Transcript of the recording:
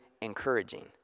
encouraging